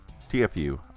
TFU